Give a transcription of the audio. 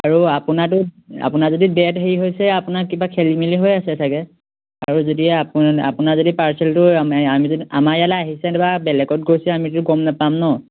আৰু আপোনাৰটো আপোনাৰ যদি ডেট হেৰি হৈছে আপোনাক কিবা খেলিমেলি হৈ আছে তাকে আৰু যদি আপোনাৰ আপোনাৰ যদি পাৰ্চেলটো আমি আমি যদি আমাৰ ইয়ালে আহিছে এনেবা বেলেগত গৈছে আমি যদি গম নাপাম ন